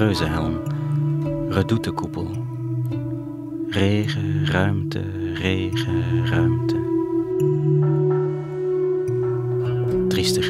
Reuzenhelm. Redoute-koepel. Regen, ruimte, regen, ruimte. Triester.